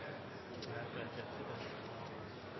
fra